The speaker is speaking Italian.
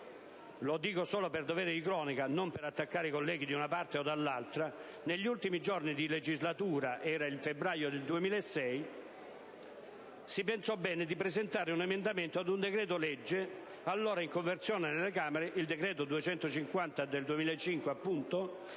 lo dico solo per dovere di cronaca e non per attaccare i colleghi di una parte o dell'altra - negli ultimi giorni di legislatura - era il febbraio del 2006 - si pensò bene di presentare un emendamento ad un decreto-legge (il decreto-legge n. 250 del 2005) allora